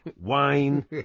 wine